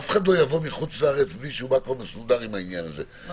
אף אחד לא יבוא מחו"ל בלי שהוא מסודר בעניין לכאורה,